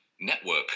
network